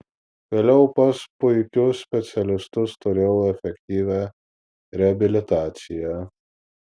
vėliau pas puikius specialistus turėjau efektyvią reabilitaciją